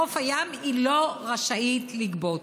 בחוף הים היא לא רשאית לגבות.